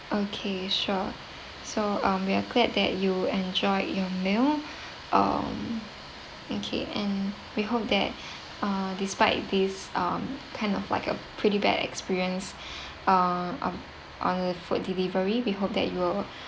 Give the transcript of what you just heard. okay sure so um we are glad that you enjoyed your meal um okay and we hope that uh despite these um kind of like a pretty bad experience ah on on the food delivery we hope that you will